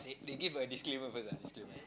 they they give my disclaimer first ah disclaimer